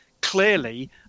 clearly